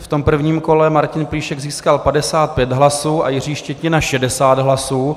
V prvním kole Martin Plíšek získal 55 hlasů a Jiří Štětina 60 hlasů.